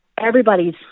Everybody's